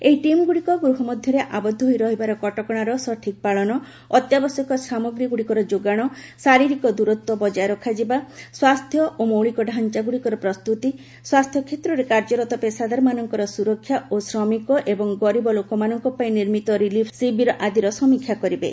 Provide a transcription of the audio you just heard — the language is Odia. ଏହି ଟିମ୍ଗୁଡ଼ିକ ଗୃହମଧ୍ୟରେ ଆବଦ୍ଧ ହୋଇ ରହିବାର କଟକଣାର ସଠିକ୍ ପାଳନ ଅତ୍ୟାବଶ୍ୟକ ସାମଗ୍ରୀଗୁଡ଼ିକର ଯୋଗାଣ ଶାରୀରିକ ଦୂରତ୍ୱ ବଜାୟ ରଖାଯିବା ସ୍ୱାସ୍ଥ୍ୟ ଓ ମୌଳିକ ଢ଼ାଞାଗୁଡ଼ିକର ପ୍ରସ୍ତୁତି ସ୍ୱାସ୍ଥ୍ୟକ୍ଷେତ୍ରରେ କାର୍ଯ୍ୟରତ ପେଶାଦାରମାନଙ୍କର ସୁରକ୍ଷା ଓ ଶ୍ରମିକ ଏବଂ ଗରିବ ଲୋକମାନଙ୍କ ପାଇଁ ନିର୍ମିତ ରିଲିଫ୍ ଶିବିର ଆଦିର ସମୀକ୍ଷା କରିବେ